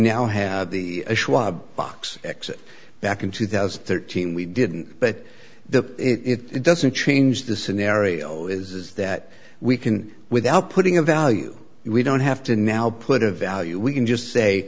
now have the schwab box x back in two thousand and thirteen we didn't but the it doesn't change the scenario is that we can without putting a value we don't have to now put a value we can just say